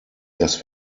dass